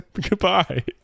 goodbye